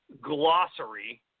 glossary